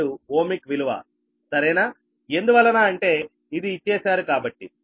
027 ఓమిక్ విలువ సరేనా ఎందువలన అంటే ఇది ఇచ్చేశారు కాబట్టి